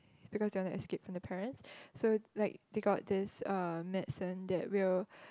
because they want to escape from the parents so like they got this uh medicine that will